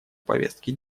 повестки